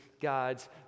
God's